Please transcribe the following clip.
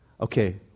okay